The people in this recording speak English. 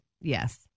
Yes